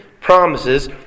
promises